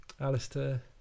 alistair